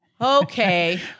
Okay